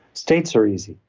states are easy,